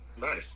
Nice